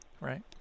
Right